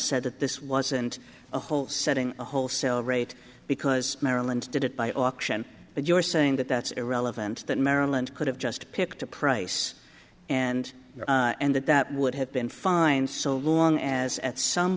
that this wasn't a whole setting a wholesale rate because maryland did it by auction but you're saying that that's irrelevant that maryland could have just picked a price and and that that would have been fine so long as at some